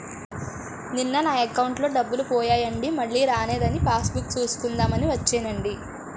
నిన్న నా అకౌంటులో డబ్బులు పోయాయండి మల్లీ రానేదని పాస్ బుక్ సూసుకుందాం అని వచ్చేనండి